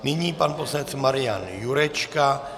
Nyní pan poslanec Marian Jurečka